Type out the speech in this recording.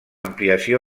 ampliació